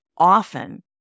Often